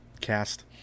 Cast